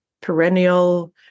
perennial